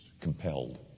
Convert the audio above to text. compelled